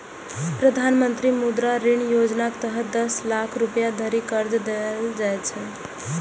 प्रधानमंत्री मुद्रा ऋण योजनाक तहत दस लाख रुपैया धरि कर्ज देल जाइ छै